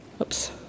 Oops